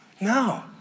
No